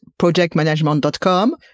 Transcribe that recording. projectmanagement.com